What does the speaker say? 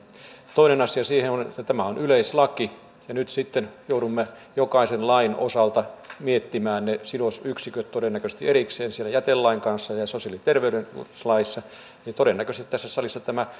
toinen asia on että tämä on yleislaki ja kun nyt sitten joudumme jokaisen lain osalta miettimään ne sidosyksiköt todennäköisesti erikseen jätelain kanssa ja sosiaali ja terveydenhuoltolaissa niin todennäköisesti tässä salissa tämä